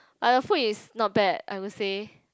but the food is not bad I would say